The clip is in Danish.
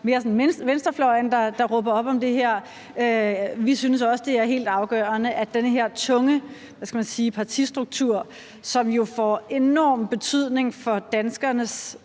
mere sådan tilhører venstrefløjen, der råber op om det her. Vi synes også, det er helt afgørende, at den her tunge, hvad skal man sige, partistruktur, som jo får enorm betydning for danskernes